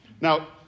Now